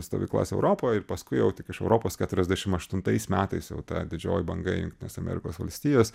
stovyklas europoj ir paskui jau tik iš europos keturiasdešim aštuntais metais jau ta didžioji banga į jungtines amerikos valstijas